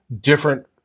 different